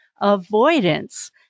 Avoidance